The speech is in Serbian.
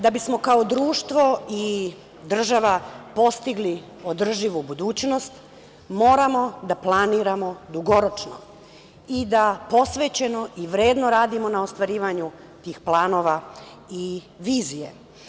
Da bismo kao društvo i država postigli održivu budućnost moramo da planiramo dugoročno i da posvećeno i vredno radimo na ostvarivanju tih planova i vizija.